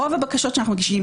רוב הבקשות שאנו מגישים